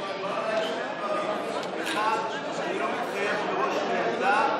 מקובלים עליי שני דברים: 1. אני לא מתחייב מראש לעמדה,